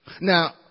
Now